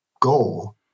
goal